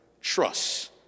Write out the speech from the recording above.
Trust